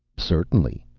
certainly.